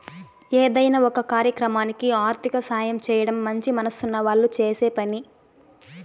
ఏదైనా ఒక కార్యక్రమానికి ఆర్థిక సాయం చేయడం మంచి మనసున్న వాళ్ళు చేసే పని